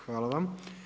Hvala vam.